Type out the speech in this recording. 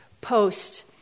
post